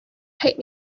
take